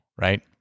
right